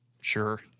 Sure